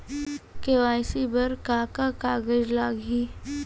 KYC बर का का कागज लागही?